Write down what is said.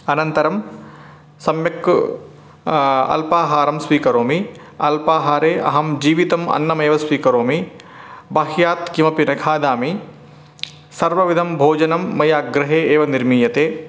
अनन्तरं सम्यक् अल्पाहारं स्वीकरोमि अल्पाहारे अहं जीवितम् अन्नमेव स्वीकरोमि बाह्यात् किमपि न खादामि सर्वविधं भोजनं मया गृहे एव निर्मीयते